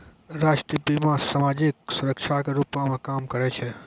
राष्ट्रीय बीमा, समाजिक सुरक्षा के रूपो मे काम करै छै